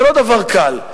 זה לא דבר קל.